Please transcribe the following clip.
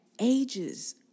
ages